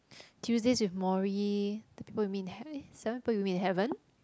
Tuesdays with Morrie the people you meet in hea~ seven people you meet in heaven